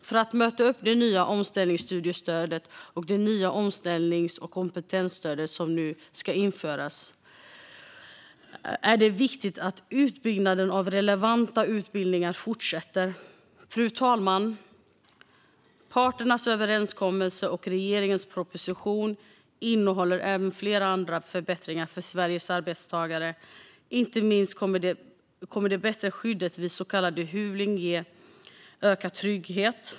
För att möta upp det nya omställningsstudiestödet och det nya omställnings och kompetensstöd som nu ska införas är det viktigt att utbyggnaden av relevanta utbildningar fortsätter. Fru talman! Parternas överenskommelse och regeringens proposition innehåller även flera andra förbättringar för Sveriges arbetstagare. Inte minst kommer det bättre skyddet vid så kallad hyvling att ge ökad trygghet.